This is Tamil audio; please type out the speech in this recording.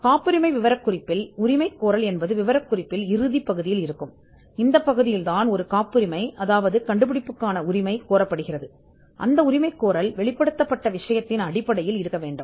காப்புரிமை விவரக்குறிப்பின் உரிமைகோரல் என்பது காப்புரிமை விவரக்குறிப்பின் முடிவான பகுதியாகும் அங்கு ஒரு காப்புரிமை ஒரு கண்டுபிடிப்பு உரிமை கோரப்படுகிறது மற்றும் வெளிப்படுத்தப்பட்ட விஷயத்தின் அடிப்படையில் உரிமை கோரப்பட வேண்டும்